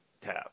tab